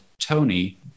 Tony